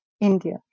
India